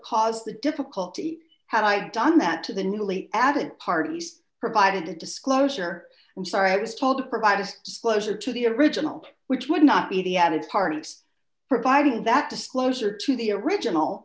caused the difficulty had i done that to the newly added parties provided the disclosure i'm sorry i was told provided displeasure to the original which would not be the added part of just providing that disclosure to the original